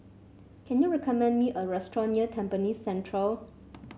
can you recommend me a restaurant near Tampines Central